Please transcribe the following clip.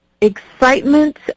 excitement